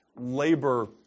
labor